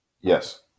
Yes